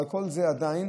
אבל כל זה עדיין